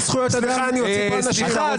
סליחה, סליחה,